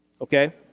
okay